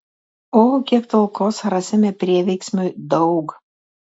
o kiek talkos rasime prieveiksmiui daug